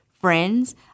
friends